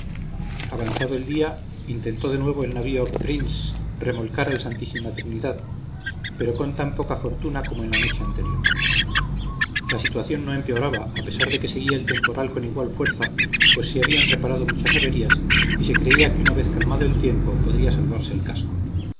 avanzado el día intentó de nuevo el navío pince remolcar al santísima trinidad pero con tan poca fortuna como en la noche anterior la situación no empeoraba a pesar de que seguía el temporal con igual fuerza pues se habían reparado muchas averías y se creía que una vez calmado el tiempo podría salvarse el casco